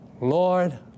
Lord